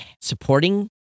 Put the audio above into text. supporting